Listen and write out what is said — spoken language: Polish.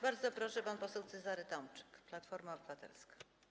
Bardzo proszę, pan poseł Cezary Tomczyk, Platforma Obywatelska.